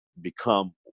become